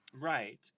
Right